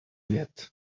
yet